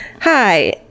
Hi